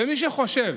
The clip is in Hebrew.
ומי שחושב